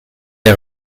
les